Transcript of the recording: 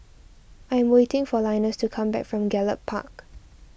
I am waiting for Linus to come back from Gallop Park